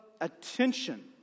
attention